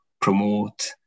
promote